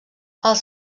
els